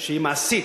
שהיא מעשית,